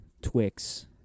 Twix